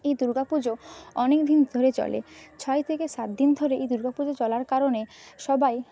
এই দুর্গা পুজো অনেকদিন ধরে চলে ছয় থেকে সাতদিন ধরে এই দুর্গা পুজো চলার কারণে সবাই